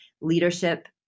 leadership